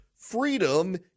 freedom